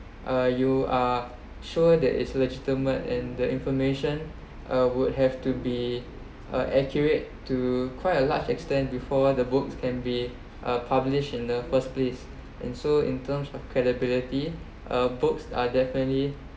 uh you are sure that is legitimate and the information uh would have to be uh accurate to quite a large extent before the book can be uh published in the first place and so in terms of credibility uh books are definitely